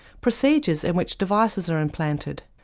procedures in which devices are implanted,